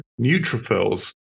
neutrophils